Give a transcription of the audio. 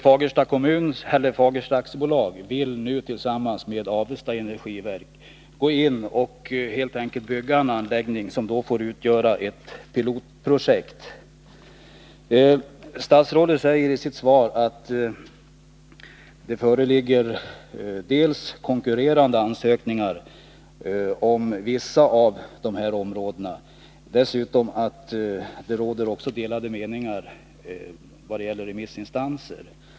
Fagersta AB vill nu tillsammans med Avesta energiverk bygga en anläggning som skulle få utgöra ett pilotprojekt. Statsrådet säger i sitt svar dels att det föreligger konkurrerande ansökningar beträffande vissa av områdena, dels att det råder delade meningar bland remissinstanserna.